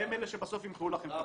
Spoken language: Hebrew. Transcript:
הם אלה שבסוף ימחאו לכם כפיים.